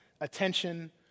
attention